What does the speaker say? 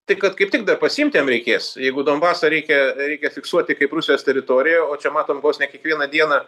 tai kad kaip tik dar pasiimt jam reikės jeigu donbasą reikia reikia fiksuoti kaip rusijos teritoriją o čia matom vos ne kiekvieną dieną